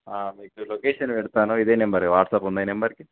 మీకు లొకేషన్ పెడతాను ఇదే నంబర్ వాట్సాప్ ఉందా నెంబర్కి